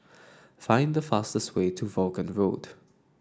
find the fastest way to Vaughan Road